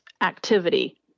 activity